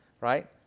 right